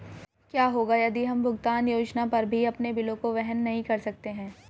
क्या होगा यदि हम भुगतान योजना पर भी अपने बिलों को वहन नहीं कर सकते हैं?